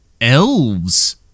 elves